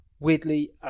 Weirdly